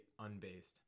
unbased